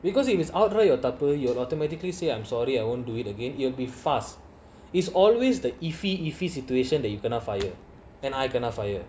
because if its outright your தப்பு:thappu you'll automatically say I'm sorry I won't do it again it'll be fast is always the iffy iffy situation that you kena fire and I kena fire